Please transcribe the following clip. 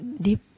deep